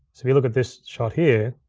so if you look at this shot here,